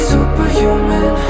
Superhuman